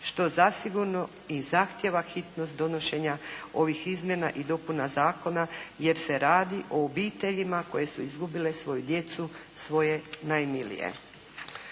što zasigurno zahtjeva hitnost donošenja ovih izmjena i dopuna Zakona jer se radi o obiteljima koji su izgubili svoju djecu, svoje najmilije.